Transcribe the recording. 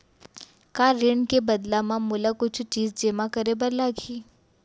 का ऋण के बदला म मोला कुछ चीज जेमा करे बर लागही?